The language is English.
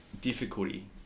difficulty